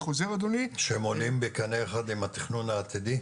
שהן עולות בקנה אחד עם התכנון העתידי?